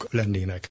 lennének